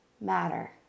matter